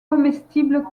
comestibles